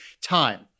time